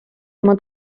oma